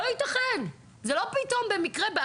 זה לא פתאום במקרה,